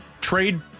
trade